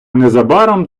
незабаром